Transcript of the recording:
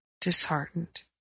disheartened